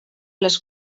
les